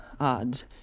odds